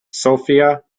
sophia